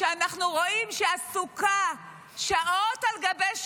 שאנחנו רואים שעסוקה שעות על גבי שעות,